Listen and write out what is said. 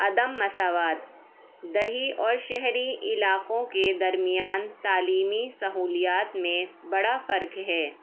عدم مساوات دیہی اور شہری علاقوں کے درمیان تعلیمی سہولیات میں بڑا فرق ہے